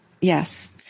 Yes